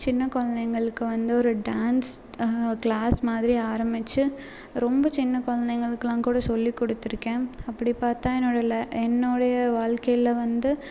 சின்ன குழந்தைங்களுக்கு வந்து ஒரு டான்ஸ் க்ளாஸ் மாதிரி ஆரம்பிச்சு ரொம்ப சின்ன குழந்தைங்களுக்குலாம் கூட சொல்லி கொடுத்துருக்கேன் அப்படி பார்த்தா என்னோடய ல என்னோடய வாழ்க்கையில் வந்து